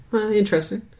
Interesting